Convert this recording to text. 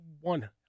one